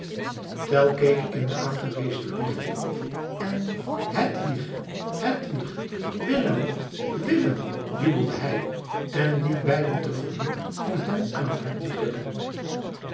keek in de aangewezen richting en hedwig hedwig willem willem jubelde hij en liep beiden tegemoet om hen aan het hart te drukken